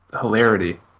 hilarity